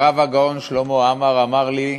הרב הגאון שלמה עמאר אמר לי,